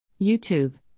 YouTube